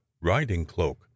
riding-cloak